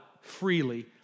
freely